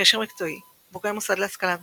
קשר מקצועי, בוגרי מוסד להשכלה גבוהה,